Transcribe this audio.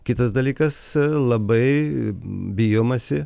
kitas dalykas labai bijomasi